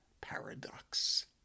paradox